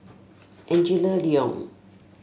Angela Liong